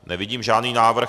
Nevidím žádný návrh.